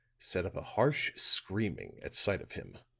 set up a harsh screaming at sight of him.